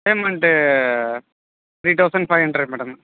payment three thousand five hundred madam